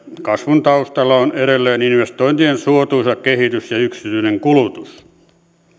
kasvun taustalla on edelleen investointien suotuisa kehitys ja yksityinen kulutus